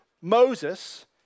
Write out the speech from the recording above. Moses